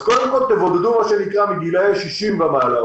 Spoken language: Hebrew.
אז קודם כול תבודדו מגילאי 60 ומעלה,